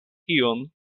ion